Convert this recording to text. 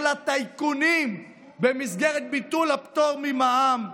לטייקונים במסגרת ביטול הפטור ממע"מ.